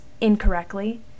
incorrectly